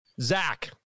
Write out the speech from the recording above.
Zach